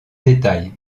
détail